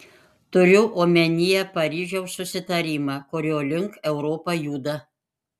turiu omenyje paryžiaus susitarimą kurio link europa juda